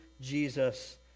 Jesus